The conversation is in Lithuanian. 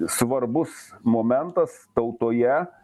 svarbus momentas tautoje